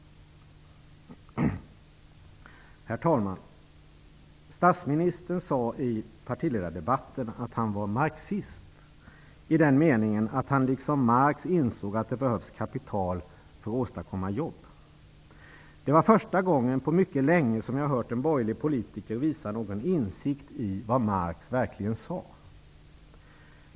Herr talman! Statsministern sade i partiledardebatten att han var marxist i den meningen att han liksom Marx insåg att det behövs kapital för att åstadkomma jobb. Det var första gången på mycket länge som jag hört en borgerlig politiker visa någon insikt i vad Marx verkligen sade.